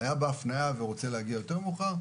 היה בהפניה ורוצה להגיע יותר מאוחר,